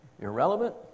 irrelevant